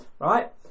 right